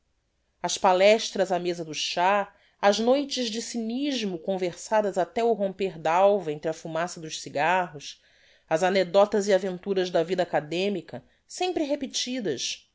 as palestras á meza do chá as noites de cinismo conversadas até o romper d'alva entre a fumaça dos cigarros as anedoctas e aventuras da vida academica sempre repetidas